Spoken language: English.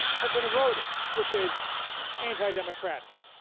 has been eroded, which is anti-democratic.